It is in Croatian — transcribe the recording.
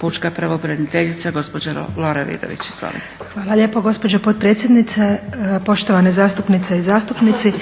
pučka pravobraniteljica gospođa Lora Vidović. Izvolite. **Vidović, Lora** Hvala lijepo gospođo potpredsjednice. Poštovane zastupnice i zastupnici.